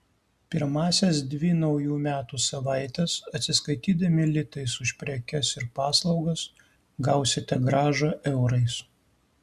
pirmąsias dvi naujų metų savaites atsiskaitydami litais už prekes ir paslaugas gausite grąžą eurais